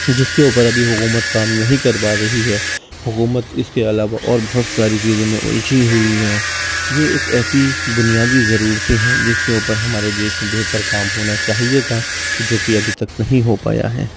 جس کے اوپر ابھی حکومت کام نہیں کر پا رہی ہے حکومت اس کے علاوہ اور بہت ساری چیزوں میں الجھی ہوئی ہے یہ ایک ایسی بنیادی ضرورتیں ہیں جس کے اوپر ہمارے دیش میں بہتر کام ہونا چاہیے تھا جوکہ ابھی تک نہیں ہو پایا ہے